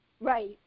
Right